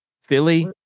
Philly